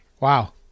Wow